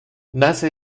nace